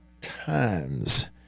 times